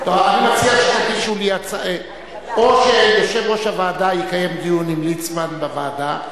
אני מציע שאו שיושב-ראש הוועדה יקיים דיון עם ליצמן בוועדה,